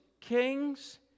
kings